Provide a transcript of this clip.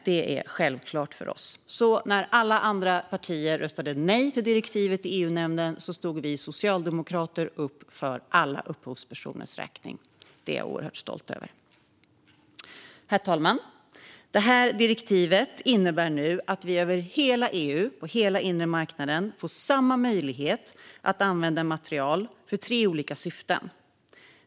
Det är självklart för oss. När alla andra partier röstade nej till direktivet i EU-nämnden stod vi socialdemokrater upp för alla upphovspersoners räkning. Det är jag oerhört stolt över. Herr talman! Det här direktivet innebär att vi över hela EU och hela den inre marknaden får samma möjlighet att använda material i tre olika syften.